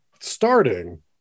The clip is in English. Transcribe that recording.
starting